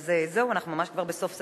אנחנו עוד בהצעות חוק, גברתי המזכירה?